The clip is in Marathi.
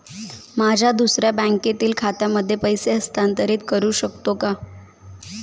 माझ्या दुसऱ्या बँकेतील खात्यामध्ये पैसे हस्तांतरित करू शकतो का?